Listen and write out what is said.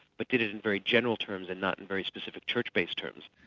but did it in very general terms and not in very specific church-based terms.